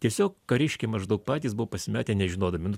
tiesiog kariškiai maždaug patys buvo pasimetę nežinodami nu